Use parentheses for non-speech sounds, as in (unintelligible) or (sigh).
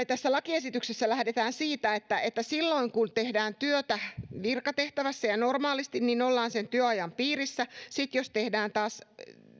(unintelligible) tässä lakiesityksessä lähdetään siitä että että silloin kun tehdään työtä virkatehtävässä ja normaalisti ollaan työajan piirissä mutta sitten jos tehdään taas